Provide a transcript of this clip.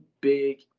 big